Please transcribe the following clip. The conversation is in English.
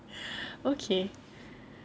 okay